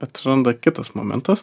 atsiranda kitas momentas